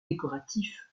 décoratif